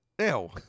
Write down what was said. Ew